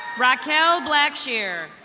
raquel blacksheer.